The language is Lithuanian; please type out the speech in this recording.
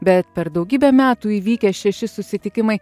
bet per daugybę metų įvykę šeši susitikimai